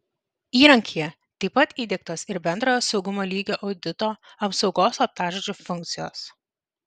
įrankyje taip pat įdiegtos ir bendrojo saugumo lygio audito apsaugos slaptažodžiu funkcijos